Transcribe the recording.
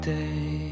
day